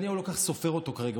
נתניהו לא כל כך סופר אותו כרגע,